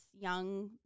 young